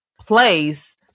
place